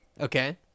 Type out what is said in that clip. Okay